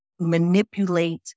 manipulate